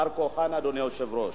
בעל-כורחן, אדוני היושב-ראש.